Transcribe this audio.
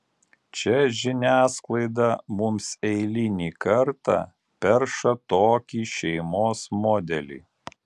čia žiniasklaida mums eilinį kartą perša tokį šeimos modelį